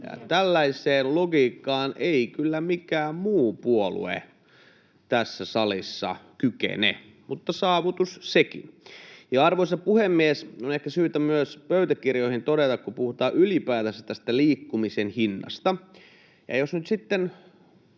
Tällaiseen logiikkaan ei kyllä mikään muu puolue tässä salissa kykene, mutta saavutus sekin. Arvoisa puhemies! On ehkä syytä myös pöytäkirjoihin todeta, kun puhutaan ylipäätänsä tästä liikkumisen hinnasta,